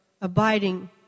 abiding